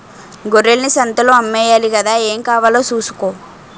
గొర్రెల్ని సంతలో అమ్మేయాలి గదా ఏం కావాలో సూసుకో